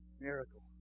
Miracle